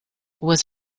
was